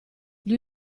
gli